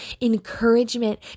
Encouragement